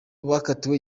bakatiwe